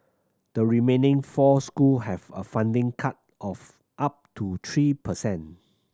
the remaining four school have a funding cut of up to three per cent